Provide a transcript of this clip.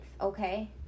okay